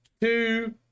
two